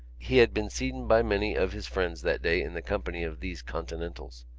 he had been seen by many of his friends that day in the company of these continentals.